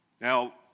Now